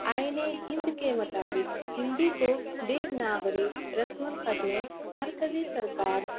آئین ہند کے مطابق ہندی کو دیوناگری رسم الخط میں مرکزی سرکار